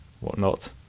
whatnot